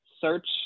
search